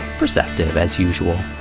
perceptive, as usual,